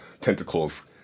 tentacles